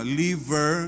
liver